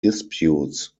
disputes